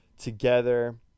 together